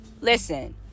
listen